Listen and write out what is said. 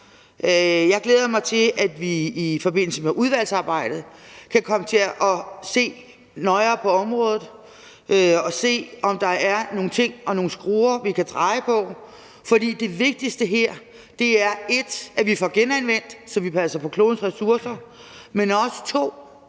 Jeg glæder mig til, at vi i forbindelse med udvalgsarbejdet kan komme til at se nøjere på området og se, om der er nogle ting og nogle skruer, vi kan dreje på. For det vigtigste her er, at vi får genanvendt, så vi passer på klodens ressourcer, men det